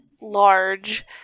large